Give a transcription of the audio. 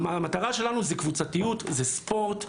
המטרה שלנו היא קבוצתיות, זה ספורט.